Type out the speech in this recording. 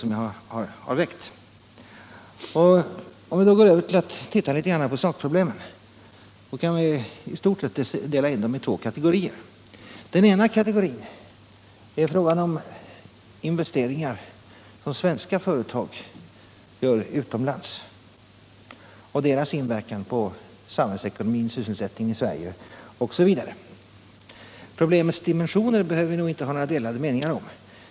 Om vi går över till att se litet på sakproblemen, så kan man i stort sett dela in dem i två kategorier. Den ena kategorin gäller investeringar som svenska företag gör utomlands och deras inverkan på samhällsekonomin och sysselsättningen i Sverige, osv. Problemets dimensioner behöver vi nog inte ha några delade meningar om.